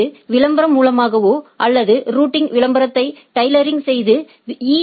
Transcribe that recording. இது விளம்பரம் மூலமாகவோ அல்லது ரூட்டிங் விளம்பரத்தை டைலரிங் செய்து ஈ